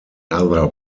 other